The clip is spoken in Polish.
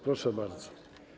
Proszę bardzo.